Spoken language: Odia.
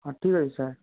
ହଁ ଠିକ ଅଛି ସାର୍